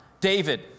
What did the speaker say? David